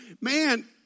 man